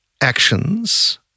actions